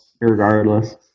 regardless